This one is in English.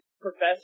professor